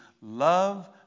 love